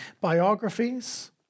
biographies